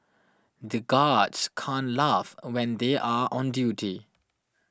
the guards can't laugh when they are on duty